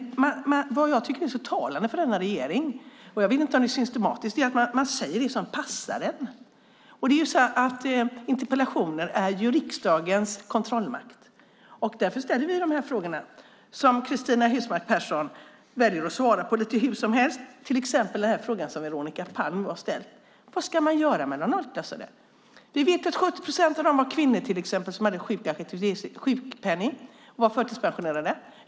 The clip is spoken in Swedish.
Talande för den här regeringen är att man säger det som passar en. Interpellationer är ju riksdagens kontrollmakt. Därför ställer vi de här frågorna, som Cristina Husmark Pehrsson väljer att svara på lite hur som helst. Veronica Palm har ställt frågan: Vad ska man göra med de nollklassade? Vi vet att 70 procent av dem är kvinnor som hade sjukpenning och var förtidspensionerade.